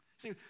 see